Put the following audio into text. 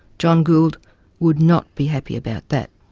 john gould would not be happy about that.